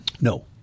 No